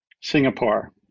Singapore